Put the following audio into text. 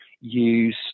use